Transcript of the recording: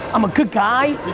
i'm a good guy.